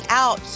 out